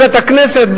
בבית-הכנסת,